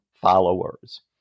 followers